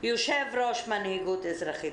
יושב-ראש מנהיגות אזרחית.